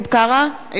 נגד